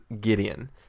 Gideon